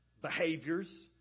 behaviors